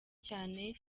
cyane